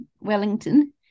Wellington